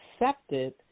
accepted